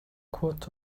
quart